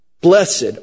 Blessed